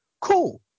Cool